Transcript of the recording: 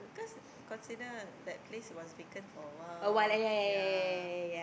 cause consider that place was vacant for a while ya